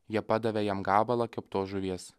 jie padavė jam gabalą keptos žuvies